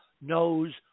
knows